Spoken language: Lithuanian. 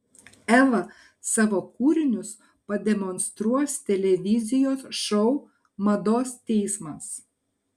eva savo kūrinius pademonstruos televizijos šou mados teismas